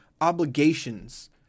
obligations